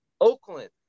Oakland